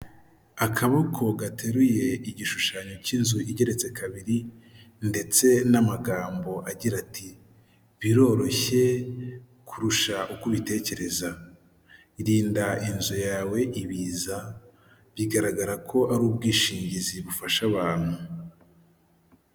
Akaboko gateruye igishushanyo cy'inzu igeretse kabiri ndetse n'amagambo agira ati" biroroshye kurusha uko ubitekereza, rinda inzu yawe ibiza," bigaragara ko ari ubwishingizi bufasha abantu.